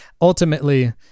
ultimately